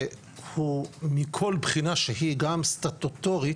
שהוא מכל בחינה שהיא גם סטטוטורית,